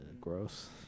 Gross